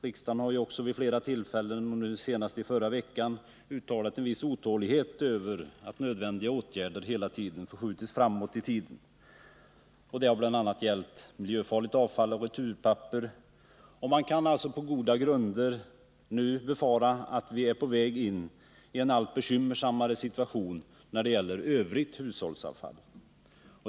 Riksdagen har ju också vid flera tillfällen — nu senast i förra veckan — uttalat en viss otålighet över att nödvändiga åtgärder hela tiden skjutits framåt i tiden. Det har bl.a. gällt miljöfarligt avfall och returpapper. Man kan alltså på goda grunder befara att vi nu är på väg in i en allt bekymmersammare situation när det gäller övrigt hushållsavfall.